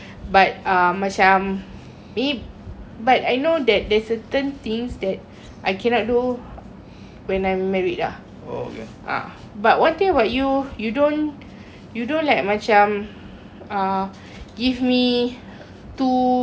but I know that there's certain things that I cannot do when I'm married ah ah but one thing about you you don't you don't let macam ah give me to kongkong you know macam like